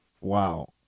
Wow